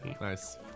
Nice